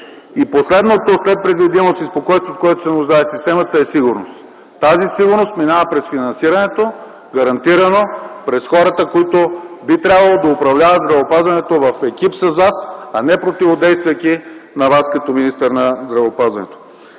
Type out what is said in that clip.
Последното, след предвидимост и спокойствие, от което се нуждае системата, е сигурност. Тази сигурност минава през финансирането, гарантирано през хората, които би трябвало да управляват здравеопазването в екип с Вас, а не противодействайки на Вас като министър на здравеопазването.